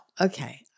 Okay